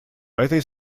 этой